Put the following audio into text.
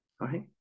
right